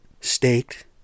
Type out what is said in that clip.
staked